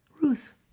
Ruth